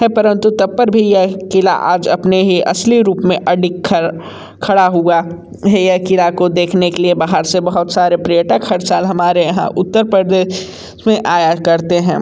है परंतु तत्पर भी यह क़िला आज अपने ही असली रूप में अडिग खर खड़ा हुआ है यह किला को देखने के लिए बाहर से बहुत सारे पर्यटक हर साल हमारे यहाँ उत्तर प्रदेश में आया करते हैं